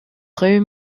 rhum